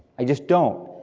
i just don't.